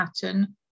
pattern